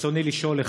רצוני לשאול: